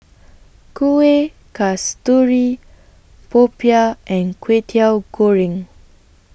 Kuih Kasturi Popiah and Kway Teow Goreng